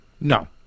No